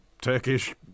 Turkish